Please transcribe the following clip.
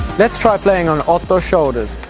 lets try playing on otto's shoulders